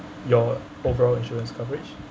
your overall insurance coverage